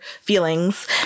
feelings